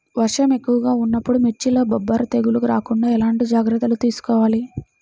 వర్షం ఎక్కువగా ఉన్నప్పుడు మిర్చిలో బొబ్బర తెగులు రాకుండా ఎలాంటి జాగ్రత్తలు తీసుకోవాలి?